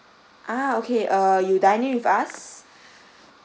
ah okay uh you dine in with us